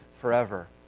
forever